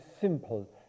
simple